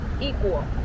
equal